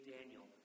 Daniel